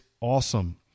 awesome